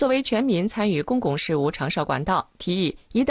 so you